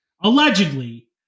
allegedly